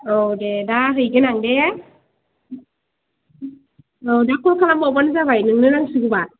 औ दे दा हैगोन आं दे औ दा कल खालामबावबानो जाबाय नोंनो नांसिगौबा